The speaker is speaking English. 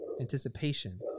anticipation